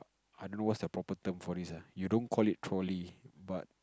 I don't know what's the proper term for this ah you don't call it trolley but